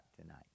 tonight